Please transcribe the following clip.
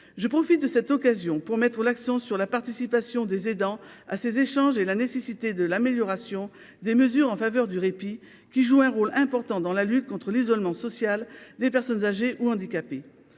je profite de cette occasion pour mettre l'accent sur la participation des aidants ah ces échanges et la nécessité de l'amélioration des mesures en faveur du répit qui joue un rôle important dans la lutte contre l'isolement social des personnes âgées ou handicapées